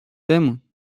بمون